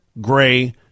gray